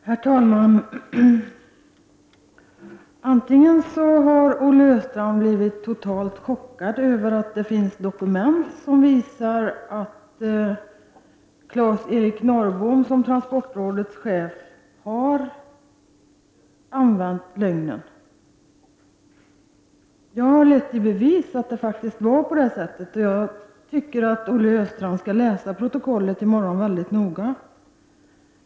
Herr talman! Kanske har Olle Östrand blivit totalt chockad över att det finns dokument som visar att transportrådets chef Claes-Eric Norrbom har använt sig av lögnen. Jag har lett i bevis att det faktiskt var på det sättet, och jag tycker att Olle Östrand i morgon skall läsa protokollet mycket noga.